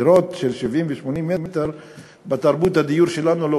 דירות של 80-70 מטר לא קיימות בתרבות הדיור שלנו.